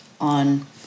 on